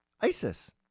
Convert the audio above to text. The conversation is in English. ISIS